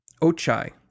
Ochai